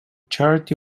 charity